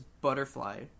butterfly